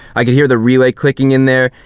i could hear the relay clicking in there,